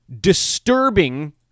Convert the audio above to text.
disturbing